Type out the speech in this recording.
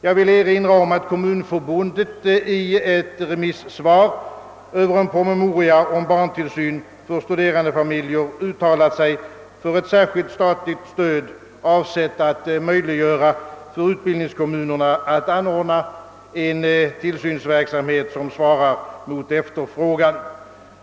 Jag vill erinra om att Kommunförbundet i ett remissyttrande över en promemoria om barntillsyn för studerandefamiljer uttalat sig för ett särskilt statligt stöd, avsett att möjliggöra för utbildningskommunerna att anordna en tillsynsverksamhet som svarar mot efterfrågan.